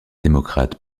démocrates